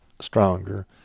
stronger